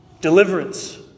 Deliverance